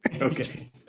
Okay